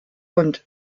und